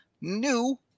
new